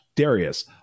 Darius